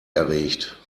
erregt